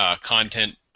content